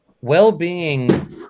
well-being